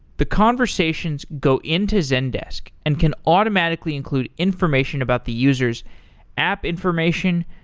the conversations go into zendesk and can automatically include information about the user s app information,